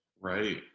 Right